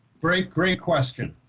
great great question,